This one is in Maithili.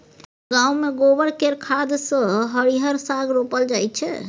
गांव मे गोबर केर खाद सँ हरिहर साग रोपल जाई छै